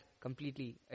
completely